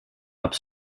ups